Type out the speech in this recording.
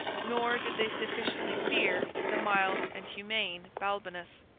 nor did they sufficiently fear the mild and humane balbinus.